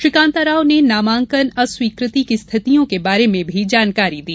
श्री कांता राव ने नामांकन अस्वीकृति की स्थितियों के बारे में भी जानकारी दी